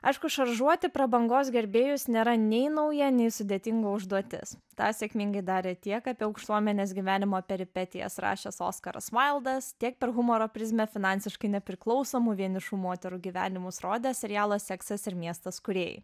aišku šaržuoti prabangos gerbėjus nėra nei nauja nei sudėtinga užduotis tą sėkmingai darė tiek apie aukštuomenės gyvenimo peripetijas rašęs oskaras vaildas tiek per humoro prizmę finansiškai nepriklausomų vienišų moterų gyvenimus rodęs serialas seksas ir miestas kūrėjai